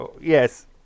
Yes